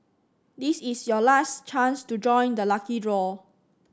this is your last chance to join the lucky draw